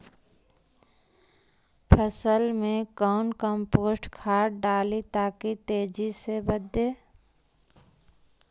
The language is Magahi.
फसल मे कौन कम्पोस्ट खाद डाली ताकि तेजी से बदे?